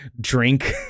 drink